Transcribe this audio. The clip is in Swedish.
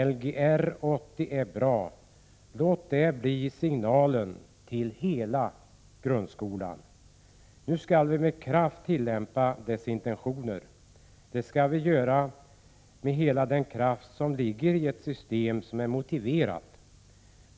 Lgr 80 är bra — låt det bli signalen till hela grundskolan. Nu skall vi med kraft tillämpa dess intentioner. Det skall vi göra med hela den kraft som ligger i ett system som är motiverat.